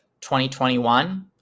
2021